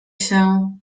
się